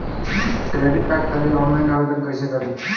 Credit card खातिर online आवेदन कइसे करि?